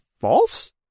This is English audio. false